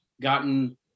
gotten